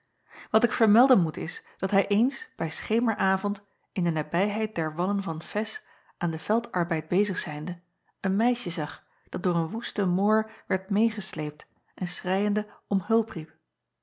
at ik vermelden moet is dat hij eens bij schemeravond in de nabijheid der wallen van ez aan den veldarbeid bezig zijnde een meisje zag dat door een woesten oor werd meêgesleept en schreiende om hulp riep